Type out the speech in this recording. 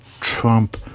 Trump